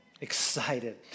excited